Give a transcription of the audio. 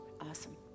Awesome